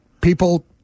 people